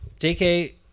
JK